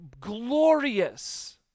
glorious